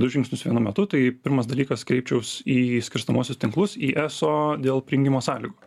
du žingsnius vienu metu tai pirmas dalykas kreipčiaus į skirstomuosius tinklus į eso dėl prijungimo sąlygų